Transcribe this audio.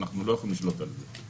אנחנו לא יכולים לשלוט על זה.